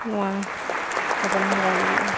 ᱱᱚᱣᱟ ᱜᱟᱯᱟᱞᱢᱟᱨᱟᱣ ᱞᱟᱹᱜᱤᱫ ᱤᱧ